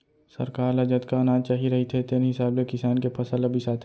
सरकार ल जतका अनाज चाही रहिथे तेन हिसाब ले किसान के फसल ल बिसाथे